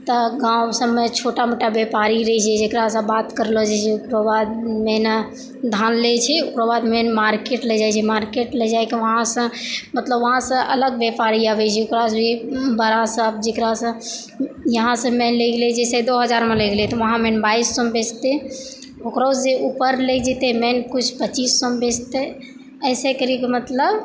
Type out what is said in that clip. तऽ गाँव सबमे छोटा मोटा व्यापारी रहै छै जकरासँ बात करलऽ जाइ छै ओकरबादमे ने धान लै छै ओकरोबाद मेन मार्केट लै जाइ छै मार्केट लऽ जाइके वहाँसँ मतलब वहाँसँ अलग व्यापारी अबै छै ओकरासँ भी बड़ा सा जकरासँ यहाँसँ मेन लै गेलै जे छै दो हजारमे लै गेलै तऽ वहाँ मेन बाइस सओमे बेचतै ओकरोसँ जे उपर लै जेतै मेन किछु पचीस सओमे बेचतै ऐसे करिकऽ मतलब